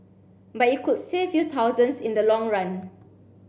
but it could save you thousands in the long run